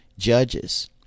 judges